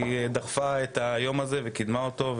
והיא דחפה את היום הזה וקידמה אותו,